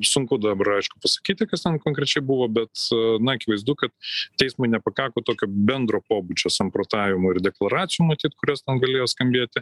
sunku dabar aišku pasakyti kas konkrečiai buvo bet na akivaizdu kad teismui nepakako tokio bendro pobūdžio samprotavimų ir deklaracijų matyt kurias galėjo skambėti